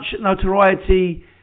notoriety